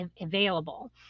available